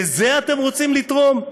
לזה אתם רוצים לתרום?